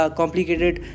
complicated